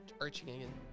arching